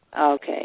Okay